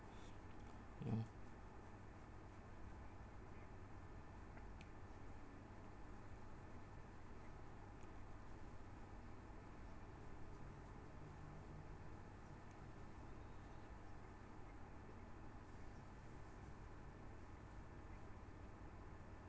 ya